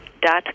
dot